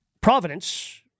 Providence